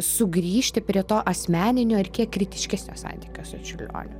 sugrįžti prie to asmeninio ir kiek kritiškesnio santykio su čiurlioniu